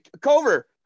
Cover